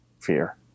fear